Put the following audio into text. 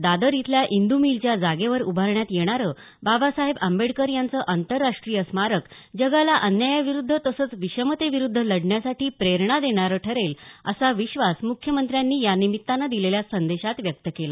दादर इथल्या इंद मिलच्या जागेवर उभारण्यात येणारं बाबासाहेब आंबेडकर यांचं आंतरराष्ट्रीय स्मारक जगाला अन्यायाविरुद्ध तसंच विषमतेविरुद्ध लढण्यासाठी प्रेरणा देणारं ठरेल असा विश्वास मुख्यमंत्र्यांनी यानिमित्तानं दिलेल्या संदेशात व्यक्त केला